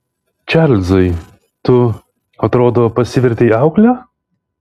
čarlzai tu atrodo pasivertei aukle